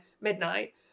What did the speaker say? midnight